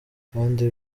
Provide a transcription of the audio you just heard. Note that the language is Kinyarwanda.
kandi